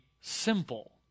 simple